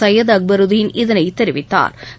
சையத் அக்பருத்தீன் இதனைத் தெரிவித்தாா்